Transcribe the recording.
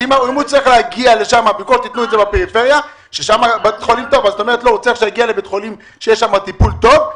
שאדם צריך להגיע לבית חולים שיש בו טיפול טוב,